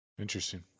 Interesting